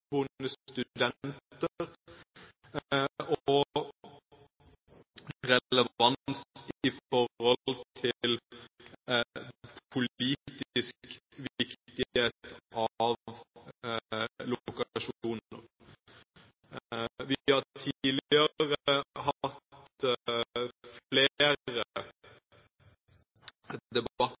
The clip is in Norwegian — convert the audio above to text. studenter, og relevans i forhold til politisk viktighet av lokasjoner. Vi har tidligere hatt flere debatter